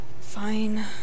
Fine